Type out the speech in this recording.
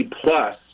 Plus